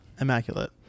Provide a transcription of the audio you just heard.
immaculate